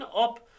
up